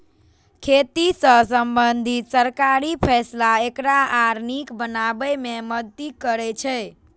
खेती सं संबंधित सरकारी फैसला एकरा आर नीक बनाबै मे मदति करै छै